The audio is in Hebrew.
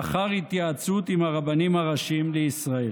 לאחר התייעצות עם הרבנים הראשיים לישראל.